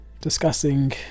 discussing